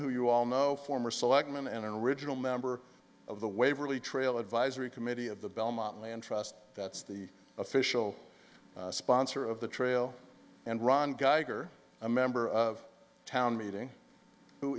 who you all know former selectman an original member of the waverly trail advisory committee of the belmont land trust that's the official sponsor of the trail and ron geiger a member of town meeting who